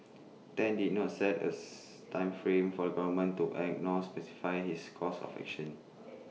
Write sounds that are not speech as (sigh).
Tan did not set A (noise) time frame for the government to act nor specified his course of action